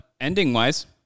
Ending-wise